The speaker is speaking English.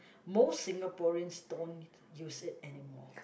most Singaporeans don't use it anymore